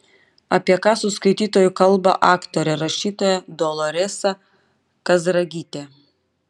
apie ką su skaitytoju kalba aktorė rašytoja doloresa kazragytė